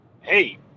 hey